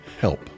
help